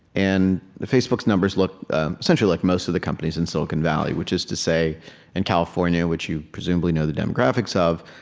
and facebook's numbers look essentially like most of the companies in silicon valley, which is to say in california, which you presumably know the demographics of.